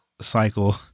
cycle